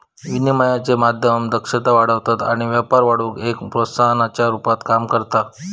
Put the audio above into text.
विनिमयाचे माध्यम दक्षता वाढवतत आणि व्यापार वाढवुक एक प्रोत्साहनाच्या रुपात काम करता